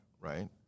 right